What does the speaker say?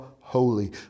holy